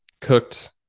cooked